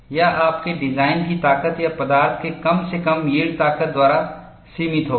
यह आपके डिज़ाइन की ताकत या पदार्थ की कम से कम यील्ड ताकत द्वारा सीमित होगा